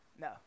No